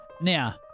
Now